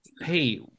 hey